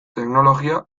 teknologia